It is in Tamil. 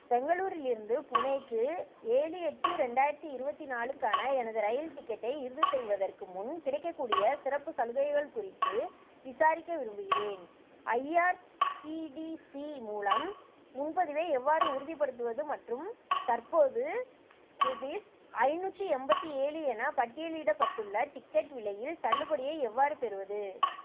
பெங்களூரிலிருந்து புனேக்கு ஏழு எட்டு ரெண்டாயிரத்தி இருபத்தி நாலுக்கான எனது ரயில் டிக்கெட்டை இறுதி செய்வதற்கு முன் கிடைக்கக் கூடிய சிறப்பு சலுகைகள் குறித்து விசாரிக்க விரும்புகிறேன் ஐஆர்சிடிசி மூலம் முன்பதிவை எவ்வாறு உறுதிப்படுத்துவது மற்றும் தற்போது ருபீஸ் ஐநூற்றி எண்பத்தி ஏழு என பட்டியலிடப்பட்டுள்ள டிக்கெட் விலையில் தள்ளுபடியை எவ்வாறு பெறுவது